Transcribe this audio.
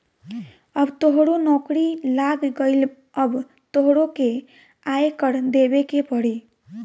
अब तोहरो नौकरी लाग गइल अब तोहरो के आय कर देबे के पड़ी